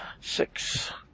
Six